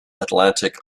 atlantic